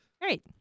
Great